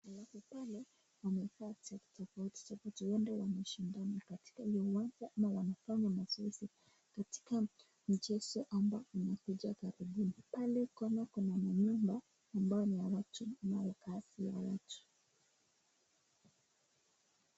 Alafu pale wamevaa shati tofautitofauti, huenda wanashindana katika ile uwanja, na wanafanya mazoezi katika mchezo ambao unakuja karibuni, pale kona kuna manyumba ambayo ni ya kukaa juu wa watu.